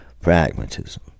pragmatism